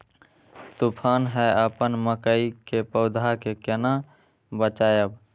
तुफान है अपन मकई के पौधा के केना बचायब?